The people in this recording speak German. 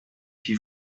die